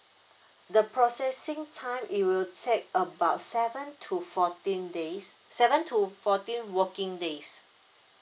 the processing time it will take about seven to fourteen days seven to fourteen working days